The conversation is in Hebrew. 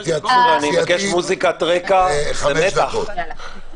התייעצות סיעתית חמש דקות.